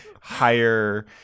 higher